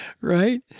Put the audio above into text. right